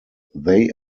they